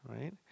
right